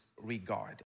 regard